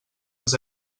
els